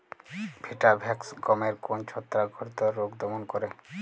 Vitavax গমের কোন ছত্রাক ঘটিত রোগ দমন করে?